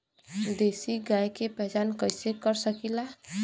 देशी गाय के पहचान कइसे कर सकीला?